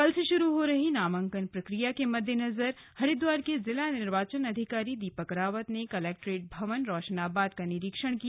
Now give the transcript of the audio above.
कल से शुरू हो रही नामांकन प्रक्रिया के मद्देनजर हरिद्वार के जिला निर्वाचन अधिकारी दीपक रावत ने कलैक्ट्रेट भवन रोशनाबाद का निरीक्षण किया